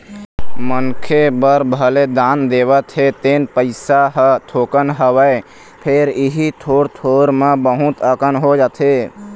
मनखे बर भले दान देवत हे तेन पइसा ह थोकन हवय फेर इही थोर थोर म बहुत अकन हो जाथे